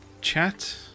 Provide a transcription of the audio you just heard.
Chat